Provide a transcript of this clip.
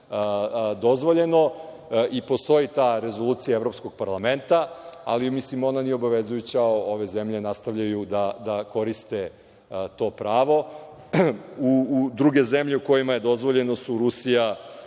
dozvoljeno. I postoji ta rezolucija Evropskog parlamenta, ali ona nije obavezujuća. Ove zemlje nastavljaju da koriste to pravo. Druge zemlje u kojima je dozvoljeno su Rusija,